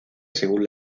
según